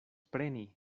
preni